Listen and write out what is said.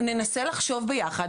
קיבלתי אותה כי אני המציעה,